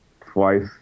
twice